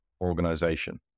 organization